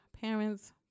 Parents